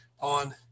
on